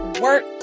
work